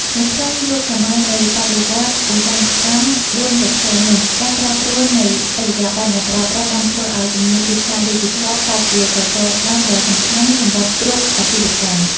នៅក្នុងយុគសម័យនៃបដិវត្តន៍ឧស្សាហកម្ម ៤.០ នេះ ការប្រែប្រួលនៃឥរិយាបថអ្នកប្រើប្រាស់បានធ្វើឱ្យជំនាញទីផ្សារឌីជីថលក្លាយជាសសរស្តម្ភដ៏សំខាន់សម្រាប់គ្រប់អាជីវកម្ម។